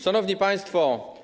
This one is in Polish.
Szanowni Państwo!